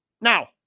Now